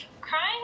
crying